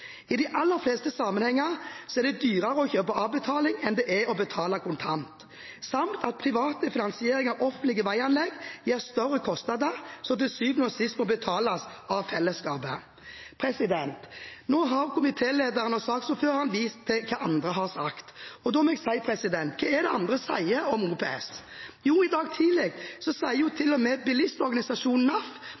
I de aller fleste sammenhenger er det dyrere å kjøpe på avbetaling enn å betale kontant, samt at privat finansiering av offentlige veianlegg gir større kostnader, som til syvende og sist må betales av fellesskapet. Nå har komitélederen og saksordføreren vist til hva andre har sagt, og da må jeg si: Hva er det andre sier om OPS? I dag tidlig sa til og med bilistorganisasjonen NAF